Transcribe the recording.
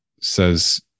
says